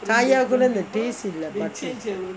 kaya கூட அந்த:kooda antha taste இல்லே:illae butter